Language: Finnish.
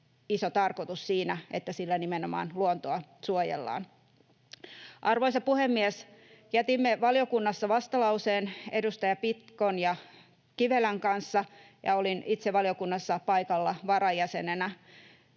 iso tarkoitus siinä, että sillä nimenomaan luontoa suojellaan. Arvoisa puhemies! Jätimme valiokunnassa vastalauseen [Anne Kalmarin välihuuto] edustaja Pitkon ja Kivelän kanssa, ja olin itse valiokunnassa paikalla varajäsenenä.